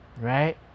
right